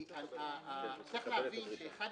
כי צריך להבין שאחד